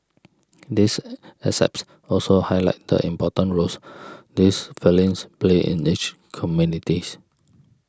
these excerpts also highlight the important roles these felines play in each communities